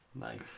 Nice